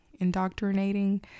indoctrinating